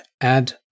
add